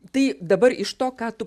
tai dabar iš to ką tu